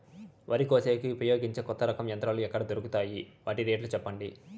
వరి కోసేకి ఉపయోగించే కొత్త రకం యంత్రాలు ఎక్కడ దొరుకుతాయి తాయి? వాటి రేట్లు చెప్పండి?